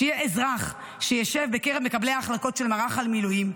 שיהיה אזרח שיישב בקרב מקבלי ההחלטות של מערך המילואים.